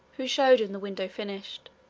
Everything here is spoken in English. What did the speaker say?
who showed him the window finished.